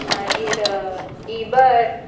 मागीर इबर